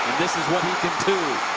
this is what he can